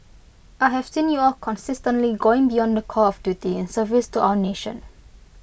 I have seen you all consistently going beyond the call of duty service to our nation